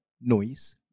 Noise